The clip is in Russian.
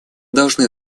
должны